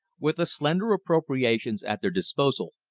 with the slender appropriations at their disposal,